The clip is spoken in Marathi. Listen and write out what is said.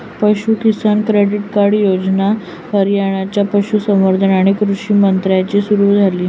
पशु किसान क्रेडिट कार्ड योजना हरियाणाच्या पशुसंवर्धन आणि कृषी मंत्र्यांनी सुरू केली